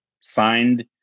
signed